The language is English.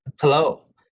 Hello